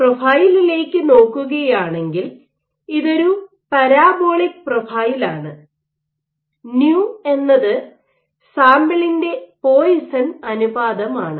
പ്രൊഫൈലിലേക്ക് നോക്കുകയാണെങ്കിൽ ഇതൊരു പരാബോളിക് പ്രൊഫൈലാണ് ന്യൂ എന്നത് സാമ്പിളിന്റെ പോയസൺ Poisson's ratio അനുപാതമാണ്